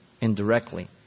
Indirectly